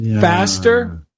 faster